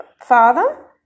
father